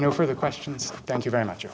no further questions thank you very much